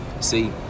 See